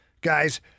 guys